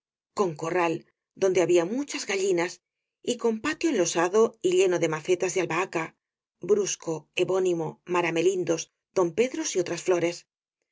con corral donde había muchas gallinas y con patio enlosado y lleno de macetas de albahaca brusco evónimo miramelindos don pedros y otras flores